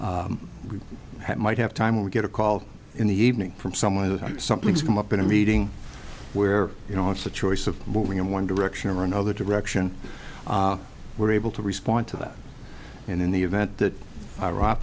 have might have time when we get a call in the evening from someone who something's come up in a meeting where you know it's a choice of moving in one direction or another direction we're able to respond to that and in the event that